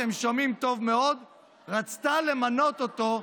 אתם שומעים טוב מאוד: רצתה למנות אותו,